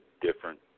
different